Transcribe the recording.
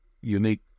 unique